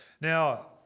Now